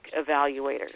evaluators